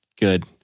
Good